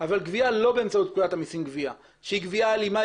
אבל גבייה לא באמצעות פקודת המסים (גבייה) שהיא גבייה אלימה,